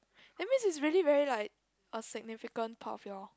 that means is very very like a significant thought of your